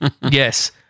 Yes